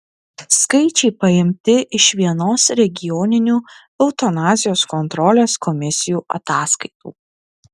skaičiai paimti iš vienos regioninių eutanazijos kontrolės komisijų ataskaitų